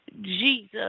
jesus